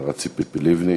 השרה ציפי לבני.